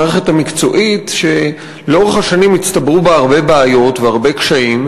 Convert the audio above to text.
במערכת המקצועית שלאורך השנים הצטברו בה הרבה בעיות והרבה קשיים,